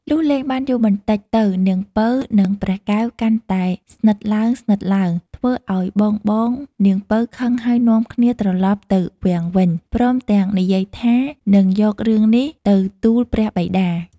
លុះលេងបានយូរបន្តិចទៅនាងពៅនិងព្រះកែវកាន់តែស្និទ្ទឡើងៗ ធ្វើឲ្យបងៗនាងពៅខឹងហើយនាំគ្នាត្រឡប់ទៅវាំងវិញ ព្រមទាំងនិយាយថានឹងយករឿងនេះទៅទូលព្រះបិតា។